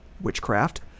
witchcraft